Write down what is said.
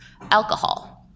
alcohol